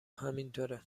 همینطوره